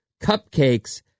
cupcakes